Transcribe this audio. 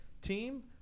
team